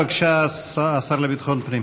בבקשה, השר לביטחון פנים.